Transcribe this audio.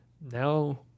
now